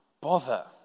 bother